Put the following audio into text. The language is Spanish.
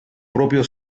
propio